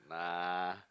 nah